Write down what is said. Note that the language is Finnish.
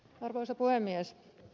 arvoisa puhemies